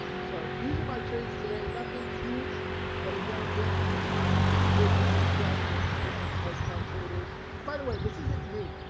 so these are my trades today nothing huge but again, thank you to the breaking news, chad, and these two ex-hedge fund traders and by the way, this isn't me,